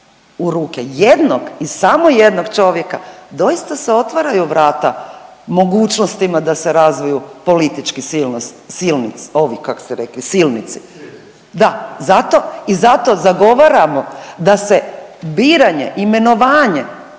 u ruke jednog i samo jednog čovjeka doista se otvaraju vrata mogućnostima da se razviju politički silnici, ovi kak' ste rekli silnici. Da zato i zato zagovaramo da se biranje, imenovanje